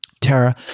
Tara